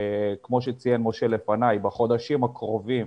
כמו שציין משה לפניי, בחודשים הקרובים